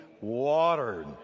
watered